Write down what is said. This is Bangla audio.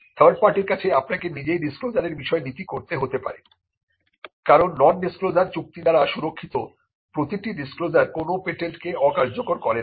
থার্ড পার্টির কাছে আপনাকে নিজেই ডিসক্লোজারের বিষয়ে নীতি করতে হতে পারে কারণ নন ডিসক্লোজার চুক্তি দ্বারা সুরক্ষিত প্রতিটি ডিসক্লোজার কোন পেটেন্ট কে অকার্যকর করে না